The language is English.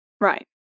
Right